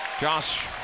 Josh